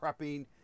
prepping